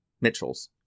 Mitchell's